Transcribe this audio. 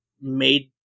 made